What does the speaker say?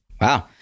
Wow